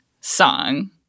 song